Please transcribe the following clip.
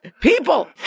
people